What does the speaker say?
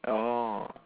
oh